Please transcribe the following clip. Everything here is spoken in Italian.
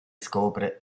scopre